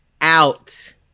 Out